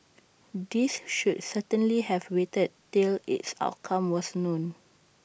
these should certainly have waited till its outcome was known